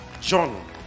John